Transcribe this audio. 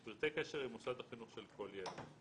פרטי קשר עם מוסד החינוך של כל ילד.